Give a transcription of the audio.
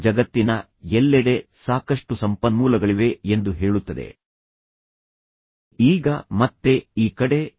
ಈಗ ಇದು ಅವರಿಗೆ ಮತ್ತೆ ಸಹಕರಿಸಲು ಮತ್ತು ಸಮನ್ವಯಗೊಳಿಸಲು ಸಹಾಯ ಮಾಡುತ್ತದೆ ಇದರಿಂದಾಗಿ ಒಂದು ಭಾವನೆ ಇರುತ್ತದೆ ಅದೆಂದರೆ ಅವರು ಗೆಲ್ಲಲು ಪ್ರಯತ್ನಿಸಬೇಕು ಎಂಬುದು